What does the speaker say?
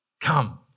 come